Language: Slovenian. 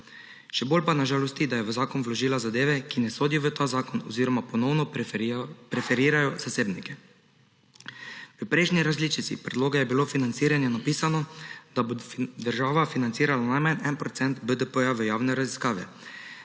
Še bolj pa nas žalosti, da je v zakon vložila zadeve, ki ne sodijo v ta zakon oziroma ponovno preferirajo zasebnike. V prejšnji različici predloga je bilo financiranje napisano, da bo država financirala najmanj en procent BDP-ja v javne raziskave,